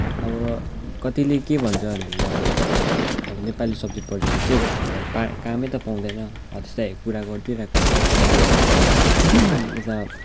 अब कतिले के भन्छ भन्दाखेरि अब अब नेपाली सब्जेक्ट पढेर के गर्छस् अब पा कामै तै पाउँदैन हो त्यस्तोखाले कुरा गरिदिइरहेको हुन्छ अन्त यता